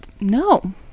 no